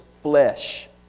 flesh